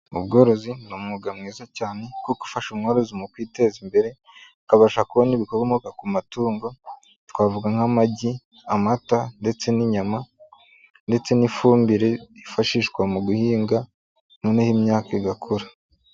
Ubworozi ni umwuga mwiza cyane wo gufasha umworozi mu kwiteza imbere, akabasha kubona ibikomoka ku matungo, twavuga nk'amagi amata ndetse n'inyama ndetse n'ifumbire byifashishwa mu guhinga noneho imyaka igakura.